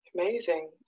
Amazing